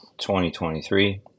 2023